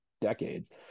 decades